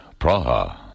Praha